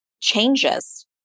changes